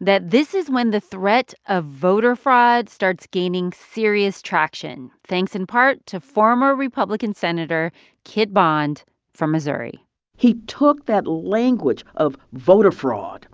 that this is when the threat of voter fraud starts gaining serious traction, thanks in part to former republican senator kit bond from missouri he took that language of of voter fraud